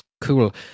Cool